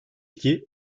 iki